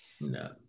No